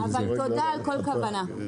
אבל תודה על כל כוונה.